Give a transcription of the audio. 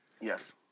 Yes